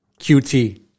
QT